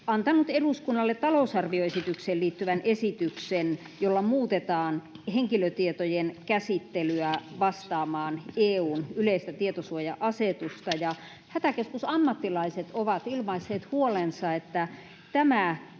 antanut eduskunnalle talousarvioesitykseen liittyvän esityksen, jolla muutetaan henkilötietojen käsittelyä vastaamaan EU:n yleistä tietosuoja-asetusta, ja hätäkeskusammattilaiset ovat ilmaisseet huolensa, että tämä hankaloittaa